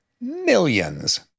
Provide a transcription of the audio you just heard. millions